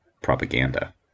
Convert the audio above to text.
propaganda